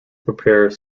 prepare